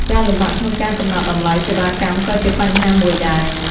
ការលំបាកក្នុងការកំណត់តម្លៃសេវាកម្មក៏ជាបញ្ហាមួយដែរ។